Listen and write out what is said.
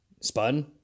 spun